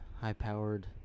high-powered